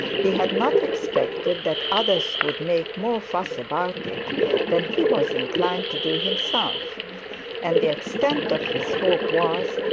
he had not expected that others would make more fuss about it than he was inclined to do himself and the extent of his hope was,